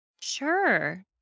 Sure